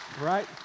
Right